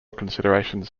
considerations